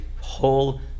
whole